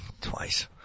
Twice